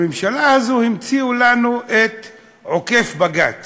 בממשלה הזאת המציאו לנו את עוקף-בג"ץ.